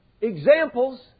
examples